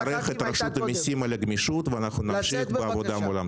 אני מברך את רשות המיסים על הגמישות ואנחנו נמשיך בעבודה מולם.